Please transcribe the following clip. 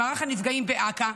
למערך הנפגעים באכ"א,